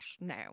now